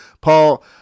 Paul